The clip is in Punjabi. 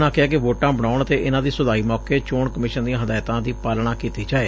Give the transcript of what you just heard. ਉਨ੍ਹਾਂ ਕਿਹਾ ਕਿ ਵੋਟਾਂ ਬਣਾਉਣ ਅਤੇ ਇਨ੍ਹਾਂ ਦੀ ਸੁਧਾਈ ਮੌਕੇ ਚੋਣ ਕਮਿਸ਼ਨ ਦੀਆਂ ਹਦਾਇਤਾਂ ਦੀ ਪਾਲਣਾ ਕੀਤੀ ਜਾਏ